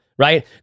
right